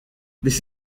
this